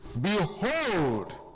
Behold